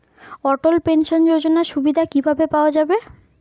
অটল pension যোজনার সুবিধা কি ভাবে পাওয়া যাবে?